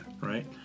right